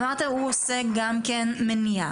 אמרת שהוא עושה גם כן מניעה,